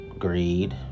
Greed